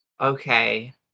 Okay